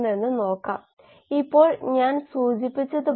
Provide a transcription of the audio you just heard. ഇത് r3 എന്ന നിരക്കിൽ ഉൽപാദിപ്പിക്കുന്നു അതിനാൽ ഇത് ഉല്പാദന പദമാണ്